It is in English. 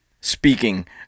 speaking